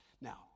Now